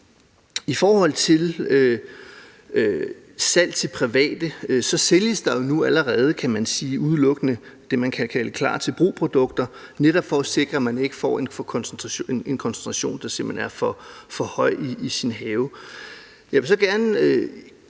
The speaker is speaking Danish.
I forhold til salg til private, sælges der jo allerede udelukkende det, man kan kalde klar til brug-produkter, netop for at sikre, at man ikke får en koncentration, der simpelt hen er for høj, i sin have. Jeg vil så også